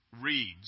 reads